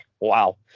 Wow